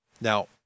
Now